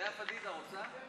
לאה פדידה, רוצה?